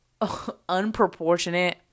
unproportionate